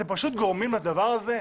אתם פשוט גורמים בדבר הזה,